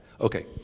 Okay